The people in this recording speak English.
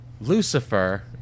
Lucifer